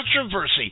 Controversy